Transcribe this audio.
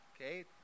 okay